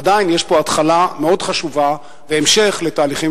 עדיין יש פה התחלה מאוד חשובה והמשך לתהליכים